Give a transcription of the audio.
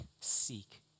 seek